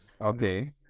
Okay